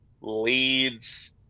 leads